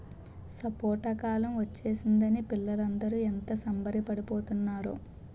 సపోటా కాలం ఒచ్చేసిందని పిల్లలందరూ ఎంత సంబరపడి పోతున్నారో